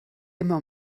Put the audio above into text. immer